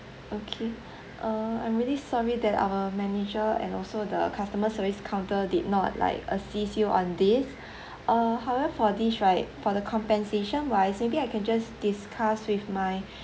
okay uh I'm really sorry that our manager and also the customer service counter did not like assist you on this uh however for this right for the compensation wise maybe I can just discuss with my